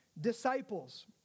disciples